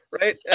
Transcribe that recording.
Right